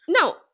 Now